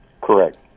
Correct